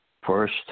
First